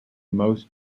most